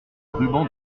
ruban